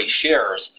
shares